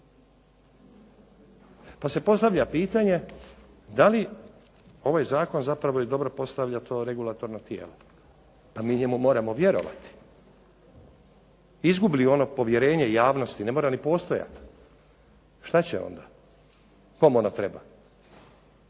Pa se postavlja pitanje da li ovaj Zakon dobro postavlja to regulatorno tijelo, da mi moramo njemu vjerovati. Izgubi li ono povjerenje javnosti, ne mora ni postojati, što će ono onda, kome ono treba.